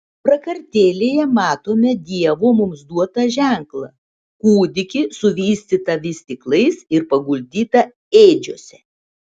prakartėlėje matome dievo mums duotą ženklą kūdikį suvystytą vystyklais ir paguldytą ėdžiose